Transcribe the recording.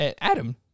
adam